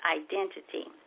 identity